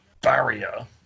barrier